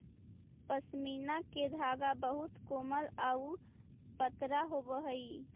पशमीना के धागा बहुत कोमल आउ पतरा होवऽ हइ